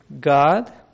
God